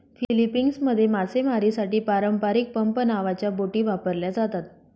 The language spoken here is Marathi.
फिलीपिन्समध्ये मासेमारीसाठी पारंपारिक पंप नावाच्या बोटी वापरल्या जातात